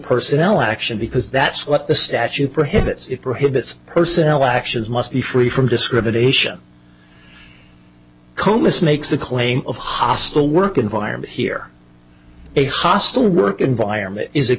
personnel action because that's what the statute prohibits it prohibits personal actions must be free from discrimination comis makes the claim of hostile work environment here a hostile work environment is